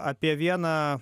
apie vieną